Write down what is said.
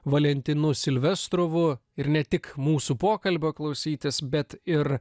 valentinu silvestrovu ir ne tik mūsų pokalbio klausytis bet ir